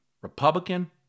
Republican